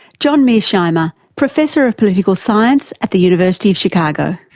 john mearsheimer, professor of political science at the university of chicago.